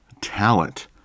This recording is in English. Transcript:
talent